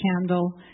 candle